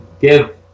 give